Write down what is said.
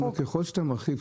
ככל שאתה מרחיב,